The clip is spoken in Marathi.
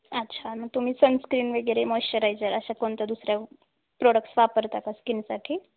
अच्छा मग तुम्ही सनस्क्रीन वगैरे मॉइश्चरायझर अशा कोणत्या दुसऱ्या प्रोडक्स वापरता का स्कीनसाठी